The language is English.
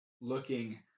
looking